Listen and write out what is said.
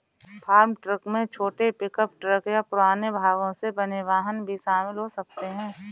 farm truck में छोटे pickup truck या पुराने भागों से बने वाहन भी शामिल हो सकते हैं